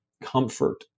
comfort